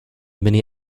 mini